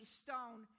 stone